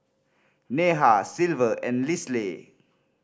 Neha Silver and Lisle